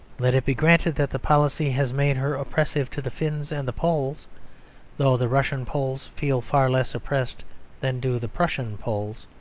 let it be granted that the policy has made her oppressive to the finns and the poles though the russian poles feel far less oppressed than do the prussian poles.